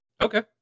Okay